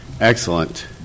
excellent